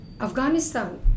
Afghanistan